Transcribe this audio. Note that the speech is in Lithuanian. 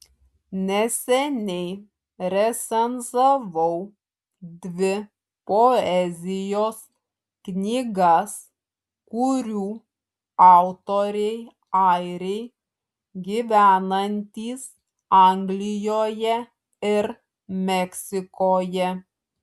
neseniai recenzavau dvi poezijos knygas kurių autoriai airiai gyvenantys anglijoje ir meksikoje